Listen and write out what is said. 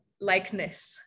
likeness